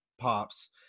pops